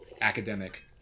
academic